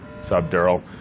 subdural